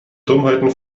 dummheiten